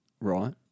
Right